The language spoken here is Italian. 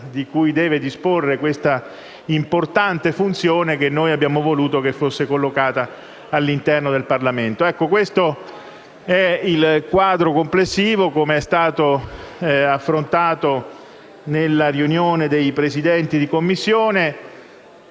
Questo è il quadro complessivo, così come è stato affrontato nella riunione dei Presidenti di Commissione.